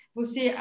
você